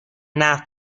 نقد